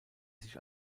sich